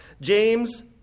James